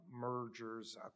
Mergers